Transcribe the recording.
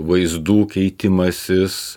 vaizdų keitimasis